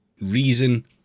reason